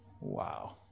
wow